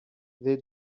they